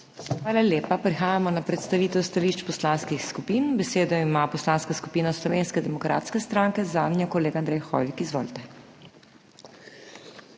Hvala lepa. Prehajamo na predstavitev stališč poslanskih skupin. Besedo ima Poslanska skupina Slovenske demokratske stranke, zanjo kolega Andrej Hoivik. Izvolite.